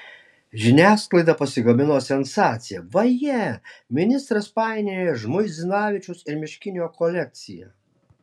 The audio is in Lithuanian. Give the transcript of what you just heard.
žiniasklaida pasigamino sensaciją vaje ministras painioja žmuidzinavičiaus ir miškinio kolekciją